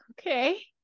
Okay